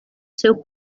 seu